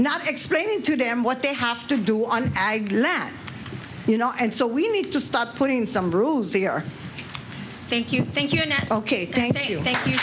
not explaining to them what they have to do on ag lab you know and so we need to stop putting some rules here thank you thank you ok thank you thank you